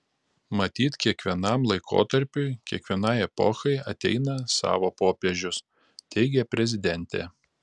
matyt kiekvienam laikotarpiui kiekvienai epochai ateina savo popiežius teigė prezidentė